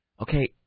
okay